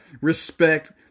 respect